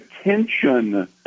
attention